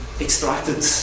extracted